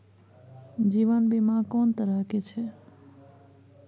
जीवन बीमा कोन तरह के छै?